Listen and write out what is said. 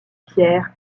pierre